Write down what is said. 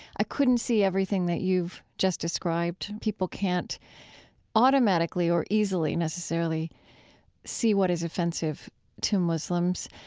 i couldn't see everything that you've just described. people can't automatically or easily necessarily see what is offensive to muslims.